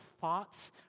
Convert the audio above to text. thoughts